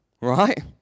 right